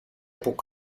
που